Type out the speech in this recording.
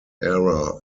era